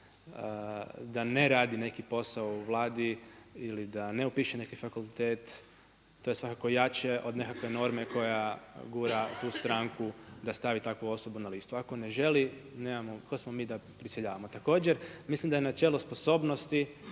da ne radi neki posao u Vladi ili da ne upiše neki fakultet, to je svakako jače od nekakve norme koja gura tu stranku, da stavi takvu osobu na listu. Ako ne želi, tko smo mi da prisiljavamo. Također mislim da je načelo sposobnosti